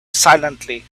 silently